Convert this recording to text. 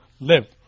live